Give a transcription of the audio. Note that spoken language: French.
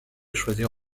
choisir